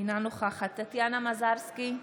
אינה נוכחת טטיאנה מזרסקי,